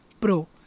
Pro